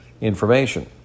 information